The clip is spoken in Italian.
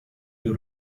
più